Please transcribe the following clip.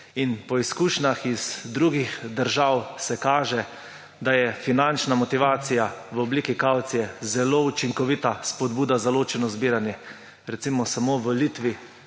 Po izkušnjah iz drugih držav se kaže, da je finančna motivacija v obliki kavcije zelo učinkovita, spodbuda za ločeno zbiranje. Recimo, samo v Litvi